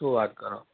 શું વાત કરો